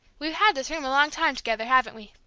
we've had this room a long time together, haven't we?